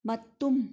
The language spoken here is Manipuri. ꯃꯇꯨꯝ